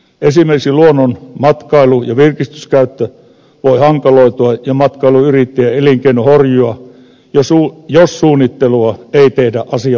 esimerkiksi luonnon matkailu ja virkistyskäyttö voi hankaloitua ja matkailuyrittäjien elinkeino horjua jos suunnittelua ei tehdä asianmukaisesti